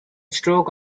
stroke